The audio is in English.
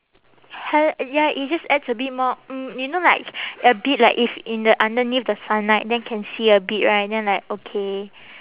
highli~ ya it just adds a bit more mm you know like a bit like if in the underneath the sunlight then can see a bit right and then like okay